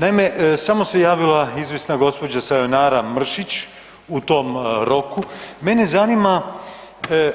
Naime, samo se javila izvjesna gđa. Sayonara Mršić u tom roku, mene zanima